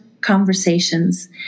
conversations